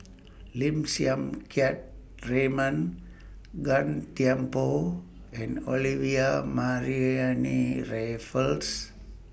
Lim Siang Keat Raymond Gan Thiam Poh and Olivia Mariamne Raffles